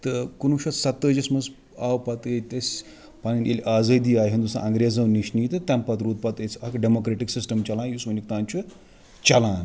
تہٕ کُنوُہ شیٚتھ سَتتٲجیٖیَس منٛز آو پتہٕ ییٚتہِ اَسہِ پَنٕنۍ ییٚلہِ آزٲدی آے ہِنٛدوستان اَنٛگریزٕو نِش تہٕ تَمہِ پتہٕ روٗد پتہٕ اسہِ اَکھ ڈیموکِریٚٹِک سِسٹَم چَلان یُس وٕنیُک تانۍ چھُ چَلان